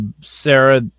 Sarah